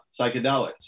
psychedelics